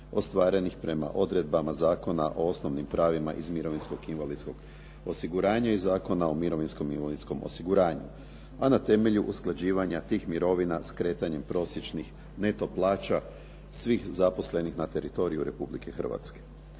ostvarenih prema odredbama Zakona o osnovnim pravima iz mirovinskog i invalidskog osiguranja i Zakona o mirovinskom i invalidskom osiguranju, a na temelju usklađivanja tih mirovina s kretanjem prosječnih neto plaća svih zaposlenih na teritoriju Republike Hrvatske.